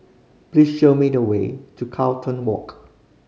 please show me the way to Carlton Walk